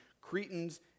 Cretans